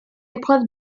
épreuve